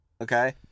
Okay